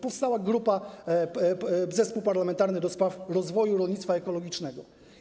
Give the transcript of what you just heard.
Powstał zespół parlamentarny ds. rozwoju rolnictwa ekologicznego.